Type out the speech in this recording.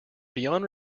beyond